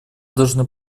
должны